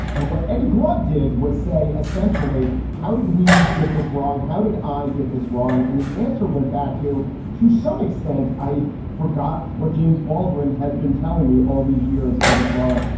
and what eddie glaude did was say essentially, how did we get this wrong? how did i get this wrong? and the answer went back to to some extent i forgot what james baldwin has been telling me all these years. eddie glaude,